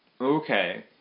Okay